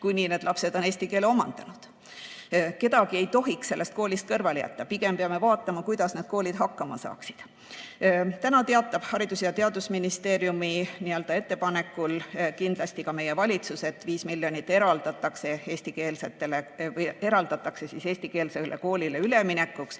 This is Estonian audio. kuni need lapsed on eesti keele omandanud. Kedagi ei tohiks sellest koolist kõrvale jätta, pigem peame vaatama, kuidas need koolid hakkama saaksid. Täna teatab Haridus- ja Teadusministeeriumi ettepanekul kindlasti ka meie valitsus, et 5 miljonit eraldatakse eestikeelsele koolile üleminekuks.